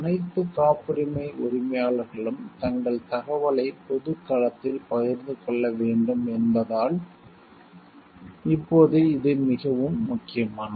அனைத்து காப்புரிமை உரிமையாளர்களும் தங்கள் தகவலை பொது களத்தில் பகிர்ந்து கொள்ள வேண்டும் என்பதால் இப்போது இது மிகவும் முக்கியமானது